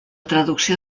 traducció